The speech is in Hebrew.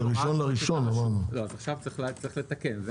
צריך לתקן.